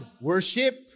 worship